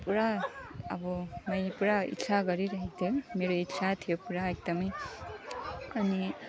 पुरा अब मैले पुरा इच्छा गरिरहेको थिएँ मेरो इच्छा थियो पुरा एकदमै अनि